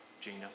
Gina